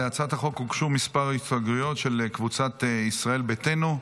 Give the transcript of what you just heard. להצעת החוק הוגשו כמה הסתייגויות של קבוצת ישראל ביתנו.